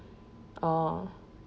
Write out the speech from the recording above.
oh